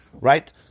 right